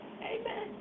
Amen